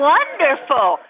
Wonderful